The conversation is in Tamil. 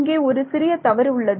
இங்கே ஒரு சிறிய தவறு உள்ளது